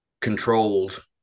controlled